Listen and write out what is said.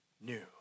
new